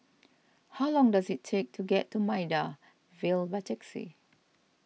how long does it take to get to Maida Vale by taxi